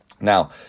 Now